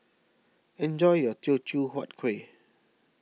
enjoy your Teochew Huat Kueh